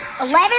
Eleven